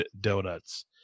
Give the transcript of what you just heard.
donuts